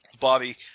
Bobby